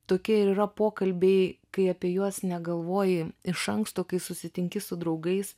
tokie ir yra pokalbiai kai apie juos negalvoji iš anksto kai susitinki su draugais